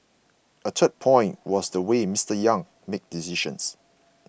a third point was the way Mister Yang made decisions